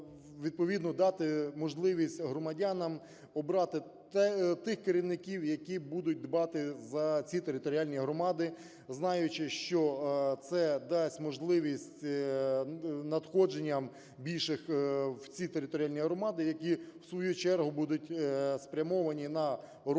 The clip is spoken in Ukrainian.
відповідно дати можливість громадянам обрати тих керівників, які будуть дбати за ці територіальні громади, знаючи, що це дасть можливість надходженням більших в ці територіальні громади, які в свою чергу будуть спрямовані на розвиток